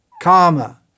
karma